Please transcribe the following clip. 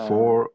Four